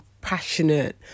passionate